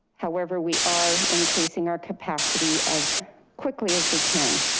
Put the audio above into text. however, we are increasing our capacity as quickly as we can.